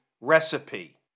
recipe